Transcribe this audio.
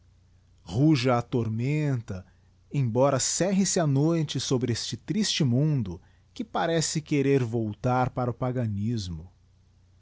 ruja a tormenta embora cerre se a noite sobre este triste mundo que parece querer voltar para o paganismo